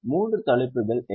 மூன்று தலைப்புகள் என்ன